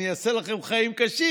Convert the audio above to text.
אני אעשה לכם חיים קשים,